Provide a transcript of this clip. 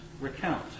recount